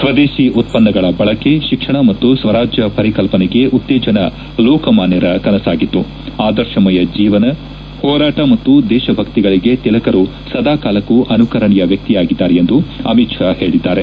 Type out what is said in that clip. ಸ್ವದೇಶಿ ಉತ್ತನ್ನಗಳ ಬಳಕೆ ಶಿಕ್ಷಣ ಮತ್ತು ಸ್ವರಾಜ್ಯ ಪರಿಕಲ್ಪನೆಗೆ ಉತ್ತೇಜನ ಲೋಕಮಾನ್ನರ ಕನಸಾಗಿತ್ತು ಆದರ್ಶಮಯ ಜೀವನ ಹೋರಾಟ ಮತ್ತು ದೇಶಭಕ್ಕಿಗಳಿಗೆ ತಿಲಕರು ಸದಾಕಾಲಕೂ ಅನುಕರಣೀಯ ವ್ಯಕ್ಲಿಯಾಗಿದ್ದಾರೆ ಎಂದು ಅಮಿತ್ ಶಾ ಹೇಳದ್ದಾರೆ